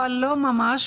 אבל לא ממש,